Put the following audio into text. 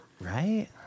Right